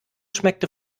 schmeckte